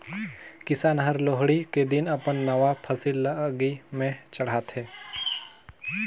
किसान हर लोहड़ी के दिन अपन नावा फसिल ल आगि में चढ़ाथें